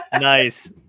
Nice